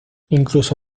incluso